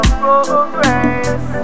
progress